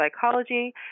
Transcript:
psychology